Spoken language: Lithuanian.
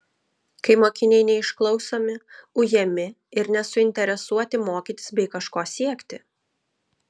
kai mokiniai neišklausomi ujami ir nesuinteresuoti mokytis bei kažko siekti